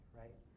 right